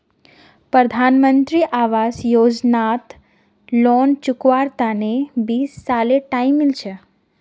प्रधानमंत्री आवास योजनात लोन चुकव्वार तने बीस सालेर टाइम मिल छेक